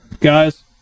guys